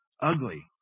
Ugly